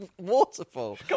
waterfall